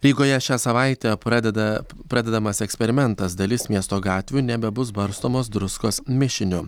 rygoje šią savaitę pradeda pradedamas eksperimentas dalis miesto gatvių nebebus barstomos druskos mišiniu